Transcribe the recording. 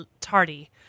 tardy